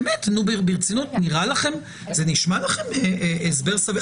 נשמע לכם הסבר סביר?